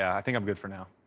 i think i'm good for now.